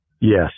Yes